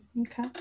Okay